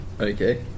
Okay